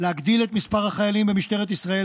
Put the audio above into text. להגדיל את מספר החיילים במשטרת ישראל,